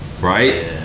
right